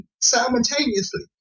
simultaneously